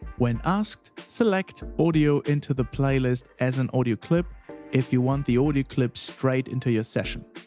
when asked select, audio, into the playlist as an audio clip if you want the audio clip straight into your session.